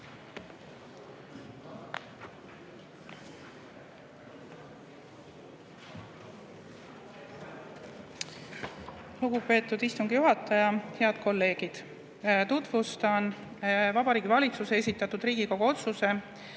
Lugupeetud istungi juhataja! Head kolleegid! Tutvustan Vabariigi Valitsuse esitatud Riigikogu otsuse